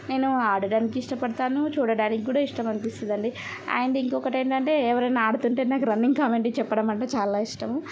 నేను ఆడడానికి ఇష్టపడతాను చూడడానికి కూడా ఇష్టం అనిపిస్తుందండి అండ్ ఇంకొకటి ఏంటంటే ఎవరైనా ఆడుతుంటే నాకు రన్నింగ్ కామెంట్రీ చెప్పడం అంటే చాలా ఇష్టం అండ్